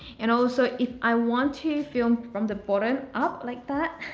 and also if i want to film from the bottom up like that,